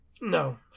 no